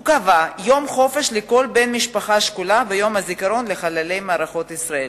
הוא קבע יום חופש לכל בן משפחה שכולה ביום הזיכרון לחללי מערכות ישראל.